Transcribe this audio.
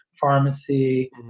pharmacy